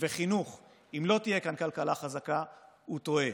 וחינוך אם לא תהיה כאן כלכלה חזקה, הוא טועה.